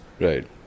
Right